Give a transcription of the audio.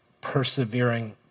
persevering